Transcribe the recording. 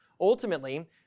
Ultimately